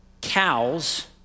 cows